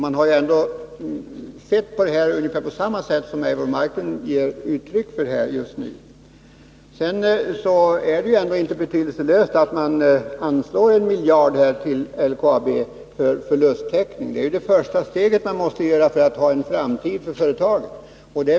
Man har sett på den här frågan på ungefär samma sätt som Eivor Marklund ger uttryck för. Sedan vill jag säga att det är ändå inte betydelselöst att man anslår en miljard till LKAB för förlusttäckning. Det är ju det första steg som måste tas för att det skall finnas en framtid för företaget.